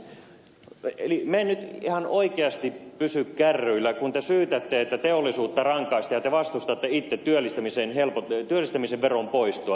eli minä en nyt ihan oikeasti pysy kärryillä kun te syytätte että teollisuutta rangaistaan ja te itse vastustatte työllistämisen veron poistoa teollisuudelta